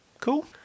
cool